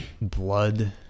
blood